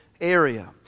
area